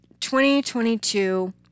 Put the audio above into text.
2022